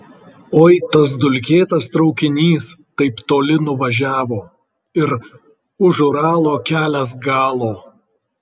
oi tas dulkėtas traukinys taip toli nuvažiavo ir už uralo kelias galo